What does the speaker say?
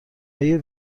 های